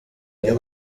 byo